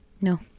No